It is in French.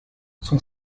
son